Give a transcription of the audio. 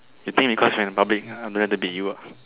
you think because we're in public I don't dare to beat you ah